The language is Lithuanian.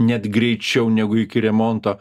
net greičiau negu iki remonto